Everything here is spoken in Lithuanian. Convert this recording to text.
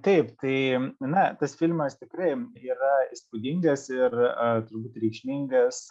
taip tai na tas filmas tikrai yra įspūdingas ir turbūt reikšmingas